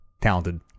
talented